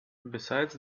besides